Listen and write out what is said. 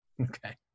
Okay